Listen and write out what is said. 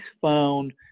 found